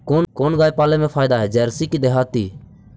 कोन गाय पाले मे फायदा है जरसी कि देहाती?